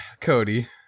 Cody